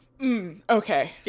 Okay